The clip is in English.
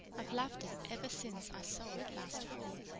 i've loved it ever since i saw it last fall.